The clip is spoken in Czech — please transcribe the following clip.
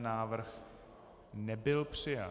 Návrh nebyl přijat.